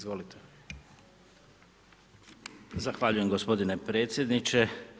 Zahvaljujem gospodine predsjedniče.